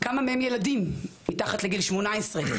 כמה מהם ילדים מתחת לגיל שמונה עשרה?